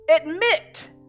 Admit